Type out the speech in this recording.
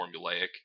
formulaic